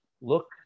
look